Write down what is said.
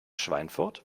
schweinfurt